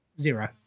Zero